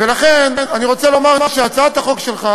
ולכן, אני רוצה לומר שהצעת החוק שלך